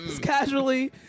casually